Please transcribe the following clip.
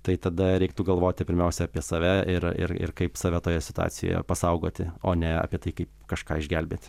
tai tada reiktų galvoti pirmiausia apie save ir ir ir kaip save toje situacijoje pasaugoti o ne apie tai kaip kažką išgelbėti